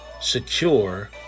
secure